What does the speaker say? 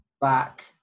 back